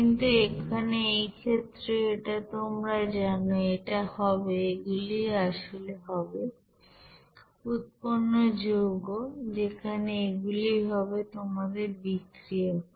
কিন্তু এখানে এই ক্ষেত্রে এটা তোমরা জানো এটা হবে এগুলি আসলে হবে উৎপন্ন যৌগ যেখানে এগুলি হবে তোমাদের বিক্রিয়ক